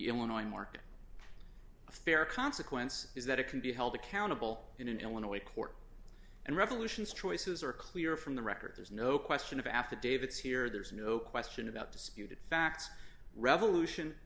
illinois market fair consequence is that it can be held accountable in an illinois court and revolution's choices are clear from the record there's no question of affidavits here there's no question about disputed facts revolution